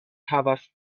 havas